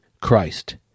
Christ